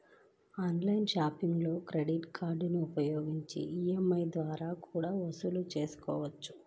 online షాపింగ్లో credit కార్డులని ఉపయోగించి ఈ.ఎం.ఐ ద్వారా కూడా వస్తువులను కొనొచ్చు